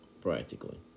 practically